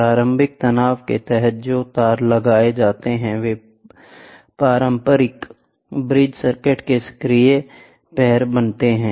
प्रारंभिक तनाव के तहत जो तार लगाए जाते हैं वे पारंपरिक ब्रिज सर्किट के सक्रिय पैर बनाते हैं